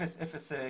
אפס גבייה.